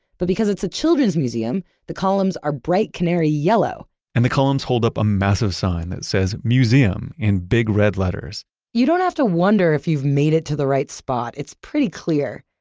but because it's a children's museum, the columns are bright canary yellow and the columns hold up a massive sign that says museum in big red letters you don't have to wonder if you've made it to the right spot. it's pretty clear.